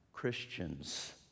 Christians